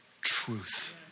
truth